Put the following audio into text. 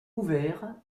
ouvert